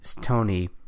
tony